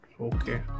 Okay